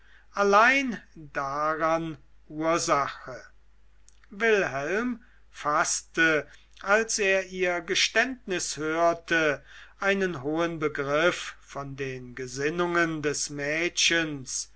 allein daran ursache wilhelm faßte als er ihr geständnis hörte einen hohen begriff von den gesinnungen des mädchens